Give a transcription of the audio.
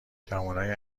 جوونای